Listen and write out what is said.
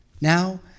Now